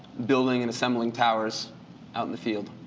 building and assembling towers out in the field.